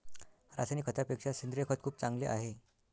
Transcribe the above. रासायनिक खतापेक्षा सेंद्रिय खत खूप चांगले आहे